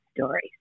stories